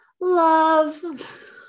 love